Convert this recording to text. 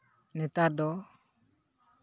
ᱱᱮᱛᱟᱨ ᱫᱚ